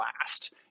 last